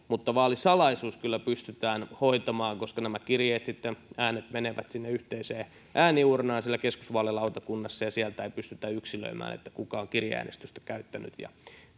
mutta vaalisalaisuus kyllä pystytään hoitamaan koska nämä kirjeet ja äänet menevät sinne yhteiseen ääniuurnaan siellä keskusvaalilautakunnassa ja sieltä ei pystytä yksilöimään kuka on kirjeäänestystä käyttänyt ja